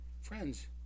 Friends